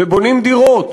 ובונים דירות